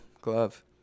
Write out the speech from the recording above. Glove